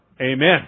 Amen